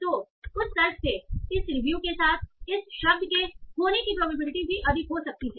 तो उस तर्क से इस रिव्यू के साथ इस शब्द के होने की प्रोबेबिलिटी भी अधिक हो सकती है